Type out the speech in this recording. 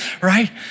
right